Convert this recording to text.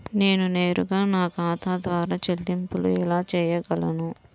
నేను నేరుగా నా ఖాతా ద్వారా చెల్లింపులు ఎలా చేయగలను?